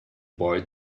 boy